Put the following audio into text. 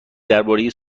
درباره